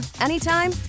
anytime